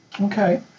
Okay